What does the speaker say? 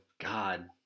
God